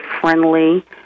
friendly